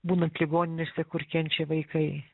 būnant ligoninėse kur kenčia vaikai